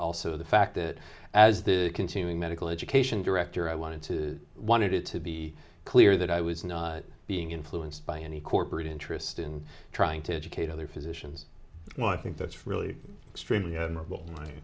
also the fact that as the continuing medical education director i wanted to wanted it to be clear that i was not being influenced by any corporate interest in trying to educate other physicians when i think that's really extremely admirable